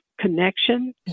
connection